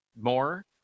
more